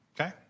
okay